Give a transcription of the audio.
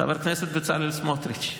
חבר הכנסת בצלאל סמוטריץ'.